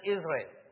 Israel